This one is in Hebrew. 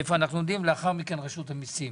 איפה אנחנו עומדים, ולאחר מכן רשות המסים.